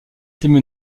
étaient